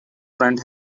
friend